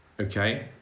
okay